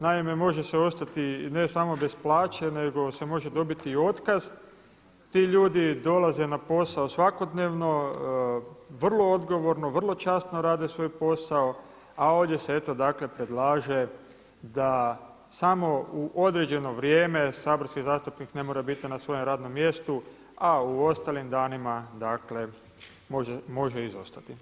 Naime, može se ostati ne samo bez plaće nego se može dobiti i otkaz, ti ljudi dolaze na posao svakodnevno, vrlo odgovorno, vrlo časno rade svoj posao, a ovdje se eto dakle predlaže da samo u određeno vrijeme saborski zastupnik ne mora biti na svojem radnom mjestu, a u ostalim danima može izostati.